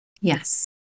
Yes